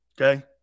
Okay